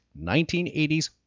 1980s